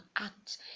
act